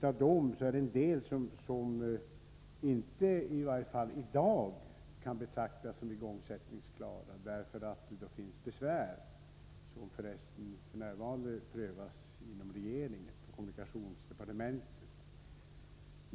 Av dem är det en del som, i varje fall f. n., inte kan betraktas som igångsättningsklara, beroende på besvär som f. n. prövas inom regeringen på kommunikationsdepartementet.